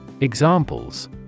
Examples